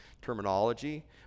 terminology